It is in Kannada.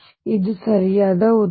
ಅದು ಸರಿಯಾದ ಉತ್ತರ